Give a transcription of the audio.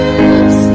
lives